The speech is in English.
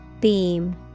beam